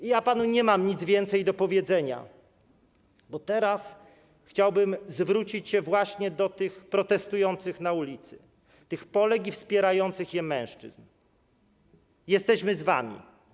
Nie mam panu nic więcej do powiedzenia, bo teraz chciałbym zwrócić się właśnie do tych protestujących na ulicy, tych Polek i wspierających je mężczyzn: Jesteśmy z wami.